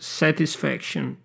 satisfaction